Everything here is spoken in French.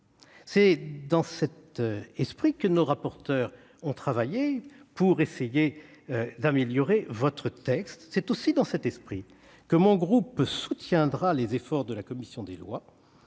C'est dans cet esprit que nos rapporteurs ont travaillé, pour essayer d'améliorer votre texte. C'est aussi dans cet esprit que mon groupe soutiendra les efforts de la commission des lois.